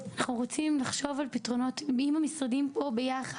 לחשוב על פתרונות ביחד,